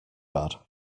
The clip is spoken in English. bad